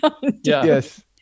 yes